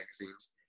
magazines